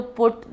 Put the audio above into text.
put